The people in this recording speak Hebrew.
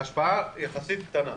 ההשפעה יחסית קטנה.